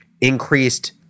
increased